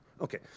okay